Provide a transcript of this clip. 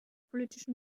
politischen